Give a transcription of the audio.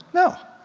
no,